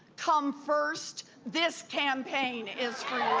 come first, this campaign is